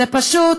זה פשוט